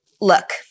Look